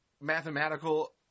mathematical